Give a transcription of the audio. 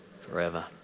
forever